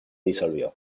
disolvió